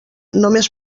només